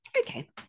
Okay